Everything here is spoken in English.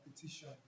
competition